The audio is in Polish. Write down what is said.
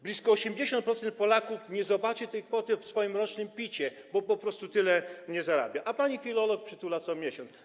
Blisko 80% Polaków nie zobaczy tej kwoty w swoim rocznym Picie, bo po prostu tyle nie zarabia, a pani filolog przytula to co miesiąc.